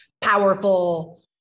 powerful